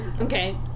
Okay